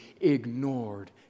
ignored